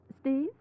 Steve